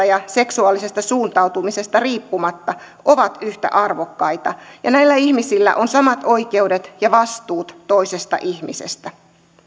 ja seksuaalisesta suuntautumisesta riippumatta ovat yhtä arvokkaita ja näillä ihmisillä on samat oikeudet ja vastuut toisesta ihmisestä